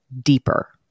deeper